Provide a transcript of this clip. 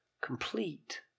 complete